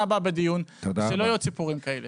הבאה בדיון ושלא יהיו עוד סיפורים כאלה.